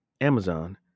Amazon